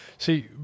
See